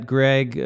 Greg